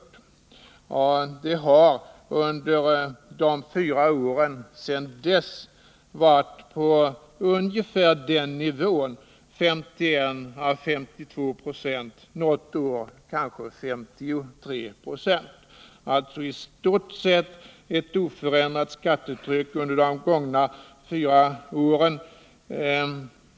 Det samlade skattetrycket har under de fyra åren sedan dess legat på nivån 51 å 52 96, något år kanske 53 96. Det har alltså i stort sett rått ett oförändrat skattetryck under de gångna fyra åren.